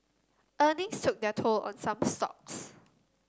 earnings took their toll on some stocks